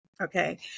okay